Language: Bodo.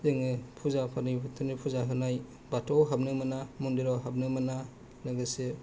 जोङो फुजा फाथालि फुजा होनाय बाथौयाव हाबनो मोना मन्दिराव हाबनो मोना लोगोसे